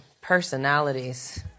personalities